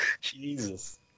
Jesus